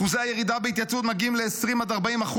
אחוזי הירידה בהתייצבות מגיעים ל-20% 40%,